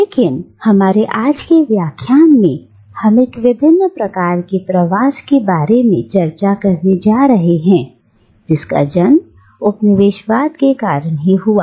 लेकिन हमारे आज के व्याख्यान में हम एक विभिन्न प्रकार के प्रवास के बारे में चर्चा करने जा रहे हैं जिसका जन्म उपनिवेशवाद के कारण ही हुआ